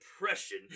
depression